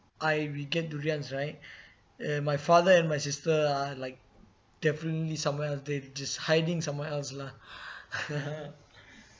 I we get durians right uh my father and my sister are like definitely somewhere else they just hiding somewhere else lah